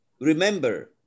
remember